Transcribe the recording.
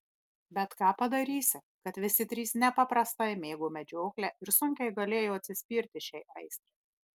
bet ką padarysi kad visi trys nepaprastai mėgo medžioklę ir sunkiai galėjo atsispirti šiai aistrai